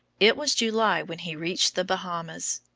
it was july when he reached the bahamas.